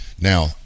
now